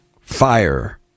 fire